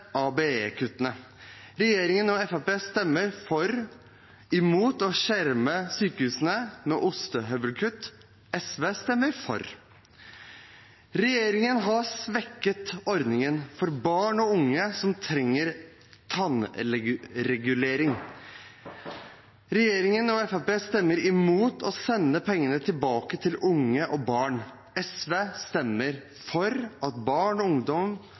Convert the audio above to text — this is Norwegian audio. Regjeringen og Fremskrittspartiet stemmer imot å skjerme sykehusene mot ostehøvelkutt. SV stemmer for. Regjeringen har svekket ordningen for barn og unge som trenger tannregulering. Regjeringen og Fremskrittspartiet stemmer imot å sende pengene tilbake til unge og barn. SV stemmer for at barn og ungdom